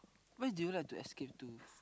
where do you like to escape to